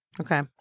okay